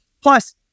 Plus